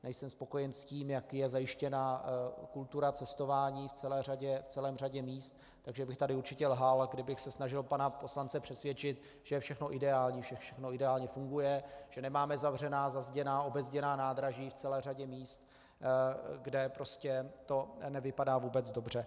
Nejsem spokojen s tím, jak je zajištěna kultura cestování v celé řadě míst, takže bych tady určitě lhal, kdybych se snažil pana poslance přesvědčit, že je všechno ideální, že všechno ideálně funguje, že nemáme zavřená, zazděná, obezděná nádraží v celé řadě míst, kde to prostě nevypadá vůbec dobře.